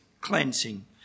cleansing